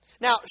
Now